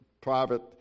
private